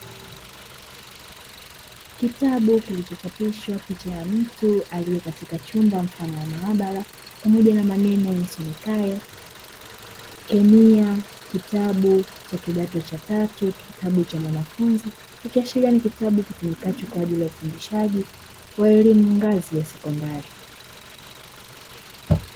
Kitabu kilichochapishwa picha ya mtu aliye katika chumba mfano wa maabara pamoja na maneno yasomekayo "Kemia Kitabu cha Kidato cha Tatu, Kitabu cha Mwanafunzi" ikiashiria ni kitabu kitumikacho kwaajili ya Ufundishaji wa elimu ngazi ya sekondari.